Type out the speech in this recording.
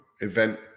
event